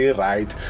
right